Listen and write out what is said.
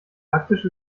praktisch